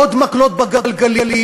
עוד מקלות בגלגלים,